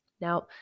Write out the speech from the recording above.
Now